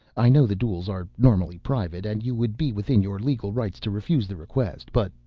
i know the duels are normally private and you would be within your legal rights to refuse the request. but,